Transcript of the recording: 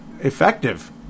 effective